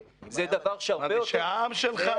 זה בהקשר של מדיניות ההתגוננות,